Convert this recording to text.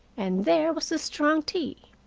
and there was the strong tea!